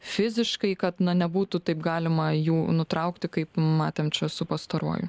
fiziškai kad nebūtų taip galima jų nutraukti kaip matėm čia su pastaruoju